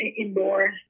indoor